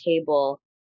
table